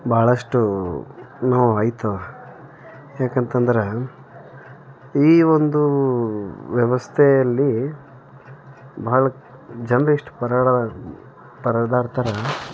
ಬಹಳಷ್ಟು ನೋವಾಯ್ತು ಯಾಕಂತಂದ್ರೆ ಈ ಒಂದು ವ್ಯವಸ್ಥೆಯಲ್ಲಿ ಭಾಳ ಜನರೆಷ್ಟು ಪರಳ ಪರದಾಡ್ತಾರೆ